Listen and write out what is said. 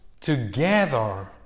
together